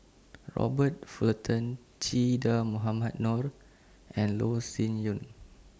Robert Fullerton Che Dah Mohamed Noor and Loh Sin Yun